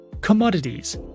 commodities